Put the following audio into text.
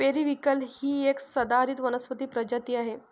periwinkle ही एक सदाहरित वनस्पती प्रजाती आहे